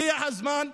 הגיע הזמן.